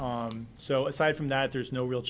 so aside from that there's no real